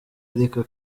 ariko